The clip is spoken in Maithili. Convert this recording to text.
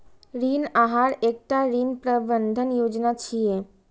ऋण आहार एकटा ऋण प्रबंधन योजना छियै